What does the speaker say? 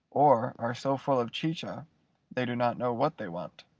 or are so full of chicha they do not know what they want.